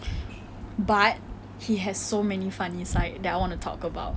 but he has so many funny side that I want to talk about